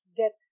death